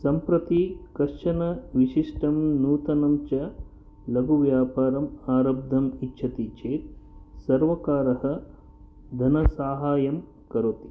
सम्प्रति कश्चन विशिष्टं नूतनं च लघुव्यापारम् आरब्धुम् इच्छति चेत् सर्वकारः धनसाहाय्यं करोति